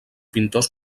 pintors